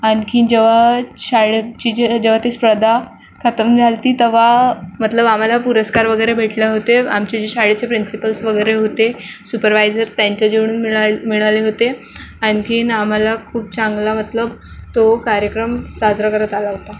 आणखीन जेव्हा शाळेची जे जेव्हा ते स्पर्धा खतम झाली होती तेव्हा मतलब आम्हाला पुरस्कार वगैरे भेटलं होते आमचे जे शाळेचे प्रिन्सिपंल्स वगैरे होते सुपरवायजर त्यांच्याजवळून मिळा मिळाले होते आणखीन आम्हाला खूप चांगला मतलब तो कार्यक्रम साजरा करता आला होता